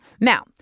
Now